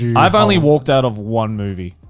and i've only walked out of one movie.